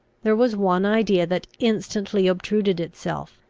there was one idea that instantly obtruded itself,